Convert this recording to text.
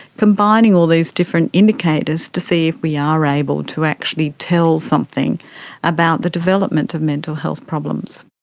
combining all these different indicators to see if we are able to actually tell something about the development of mental health problems.